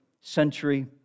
century